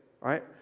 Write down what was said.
right